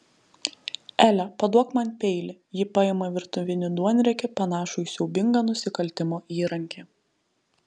ele paduok man peilį ji paima virtuvinį duonriekį panašų į siaubingą nusikaltimo įrankį